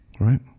right